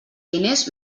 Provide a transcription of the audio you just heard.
diners